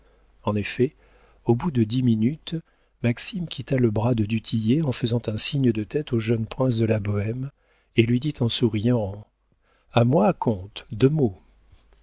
en effet au bout de dix minutes maxime quitta le bras de du tillet en faisant un signe de tête au jeune prince de la bohême et lui dit en souriant a moi comte deux mots